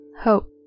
hope